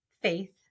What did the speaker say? faith